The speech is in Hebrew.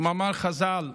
כמאמר חז"ל,